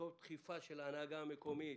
תוך דחיפה של ההנהגה המקומית.